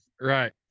Right